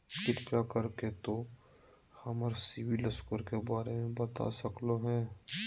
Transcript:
कृपया कर के तों हमर सिबिल स्कोर के बारे में बता सकलो हें?